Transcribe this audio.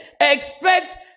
expect